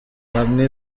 hamwe